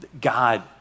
God